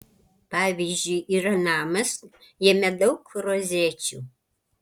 pavyzdžiui yra namas jame daug rozečių